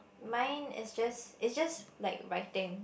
mine is just is just like writing